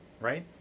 right